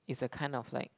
it's a kind of like